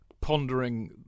pondering